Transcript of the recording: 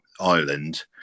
Ireland